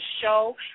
show